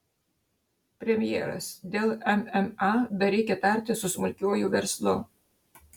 premjeras dėl mma dar reikia tartis su smulkiuoju verslu